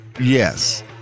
Yes